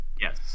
Yes